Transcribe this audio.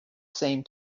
same